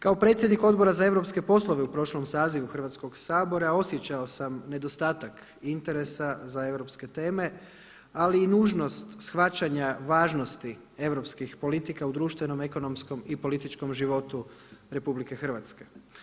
Kao predsjednik Odbora za europske poslove u prošlom sazivu Hrvatskoga sabora osjećao sam nedostatak interesa za europske teme ali i nužnost shvaćanja važnosti europskih politika u društvenom, ekonomskom i političkom životu RH.